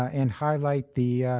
ah and highlight the